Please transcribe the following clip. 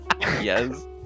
Yes